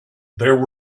there